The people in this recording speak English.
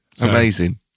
Amazing